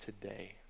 today